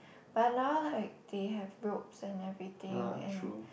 but now like they have ropes and everything and